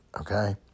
okay